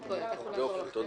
היום כל